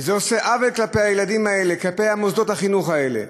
זה עושה עוול לילדים האלה, למוסדות החינוך האלה.